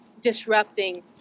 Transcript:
disrupting